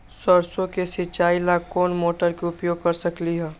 सरसों के सिचाई ला कोंन मोटर के उपयोग कर सकली ह?